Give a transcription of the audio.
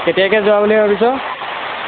কেতিয়াকৈ যোৱা বুলি ভাবিছ